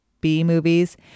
B-movies